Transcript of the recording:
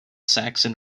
saxon